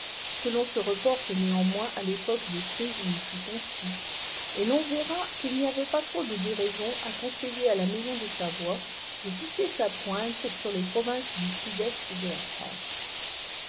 que ton se reporte néanmoins à l'époque de crise où il fut conçu et l'on verra qu'il n'y avait pas trop de déraison à conseiller à la maison de savoie de pousser sa pointe sur les provinces du sud-est de la france